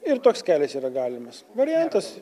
ir toks kelias yra galimas variantas